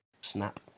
Snap